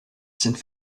sind